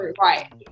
right